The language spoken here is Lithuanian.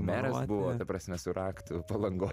meras buvo ta prasme su raktu palangoj